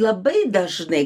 labai dažnai